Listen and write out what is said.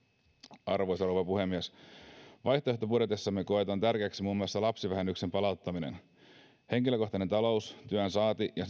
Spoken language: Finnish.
arvoisa rouva puhemies vaihtoehtobudjetissamme koetaan tärkeäksi muun muassa lapsivähennyksen palauttaminen henkilökohtainen talous työn saanti ja